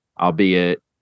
albeit